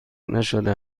نشده